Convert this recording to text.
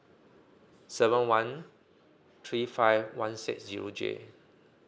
seven one three five one six zero J